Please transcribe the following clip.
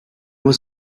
was